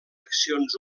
accions